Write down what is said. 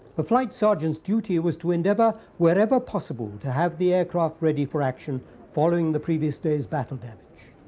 the flight sergeant's duty was to endeavor wherever possible to have the aircraft ready for action following the previous day's battle damage.